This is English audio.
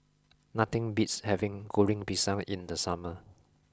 nothing beats having Goreng Pisang in the summer